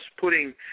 putting